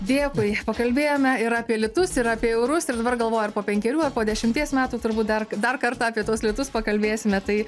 dėkui pakalbėjome ir apie litus ir apie eurus ir dabar galvoju ar po penkerių ar po dešimties metų turbūt dar dar kartą apie tuos litus pakalbėsime tai